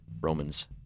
Romans